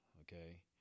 okay